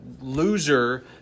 loser